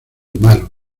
malo